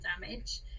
damage